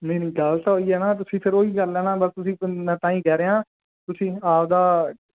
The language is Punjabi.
ਨਹੀ ਨਹੀ ਗੱਲ ਤਾਂ ਹੋਈ ਹੈ ਨਾ ਤੁਸੀਂ ਫਿਰ ਉਹੀ ਗੱਲ ਹੈ ਨਾ ਤੁਸੀਂ ਮੈਂ ਤਾਂ ਹੀ ਕਹਿ ਰਿਹਾ ਤੁਸੀਂ ਆਪਦਾ